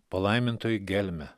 palaimintoji gelme